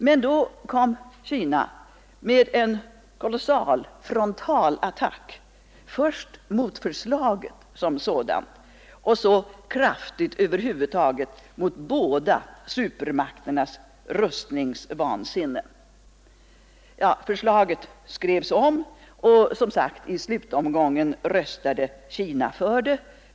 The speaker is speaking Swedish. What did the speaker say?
Men då satte Kina in en kraftig frontalattack, först mot förslaget som sådant och sedan kraftigt mot båda supermakternas rustningsvansinne. Nå, förslaget skrevs om och, som sagt, i slutomgången röstade Kina för det.